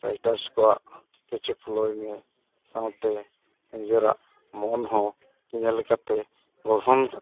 ᱠᱚᱣᱟᱜ ᱠᱤᱪᱷᱩ ᱢᱮ ᱥᱟᱶᱛᱮ ᱱᱤᱡᱮᱨᱟᱜ ᱢᱚᱱ ᱦᱚᱸ ᱧᱮᱞ ᱠᱟᱛᱮᱫ ᱜᱚᱲᱦᱚᱱ ᱠᱟᱛᱮᱫ